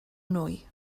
nwy